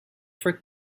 for